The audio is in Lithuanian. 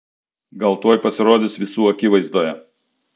gal tuoj pasirodys visų akivaizdoje